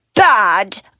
Bad